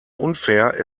unfair